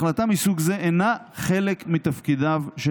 החלטה מסוג זה אינה חלק מתפקידיו של